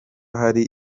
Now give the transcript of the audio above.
hari